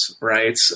right